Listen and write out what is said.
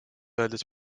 öeldes